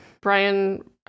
Brian